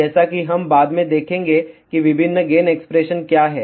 जैसा कि हम बाद में देखेंगे कि विभिन्न गेन एक्सप्रेशन क्या हैं